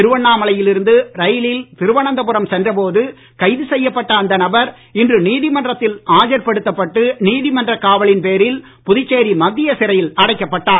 திருவண்ணாமலையில் இருந்து ரயிலில் திருவனந்தபுரம் சென்ற போது கைது செய்யப்பட்ட அந்த நபர் இன்று நீதிமன்றத்தில் ஆஜர்படுத்தப்பட்டு நீதிமன்றக் காவலின் பேரில் புதுச்சேரி மத்திய சிறையில் அடைக்கப்பட்டார்